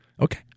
Okay